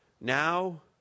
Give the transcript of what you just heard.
now